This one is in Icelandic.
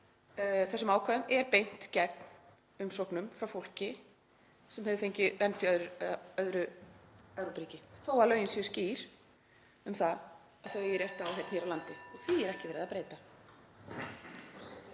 þessum ákvæðum er beint gegn umsóknum frá fólki sem hefur fengið vernd í öðru Evrópuríki, þó að lögin séu skýr um það að þau eigi rétt á áheyrn hér á landi og því er ekki verið að breyta.